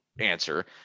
answer